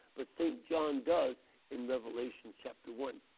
but st. john does in revelation chapter one.